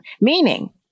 meaning